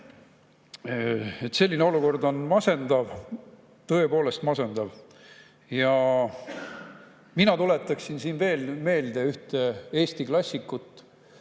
Selline olukord on masendav, tõepoolest masendav. Ma tuletaksin veel meelde üht Eesti klassikut,